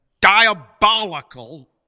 diabolical